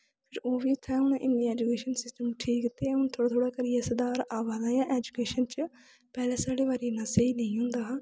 ओह् बी हून इन्ना ऐजुकेशन सिस्टम ठीक ते हुन थोह्ड़ा थोह्ड़ा करियै सुधार अवा दा ऐ ऐजुकेशन सिस्टम च पैह्लें साढ़ी बारी इन्ना स्हेई नेईं होंदा हा